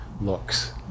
looks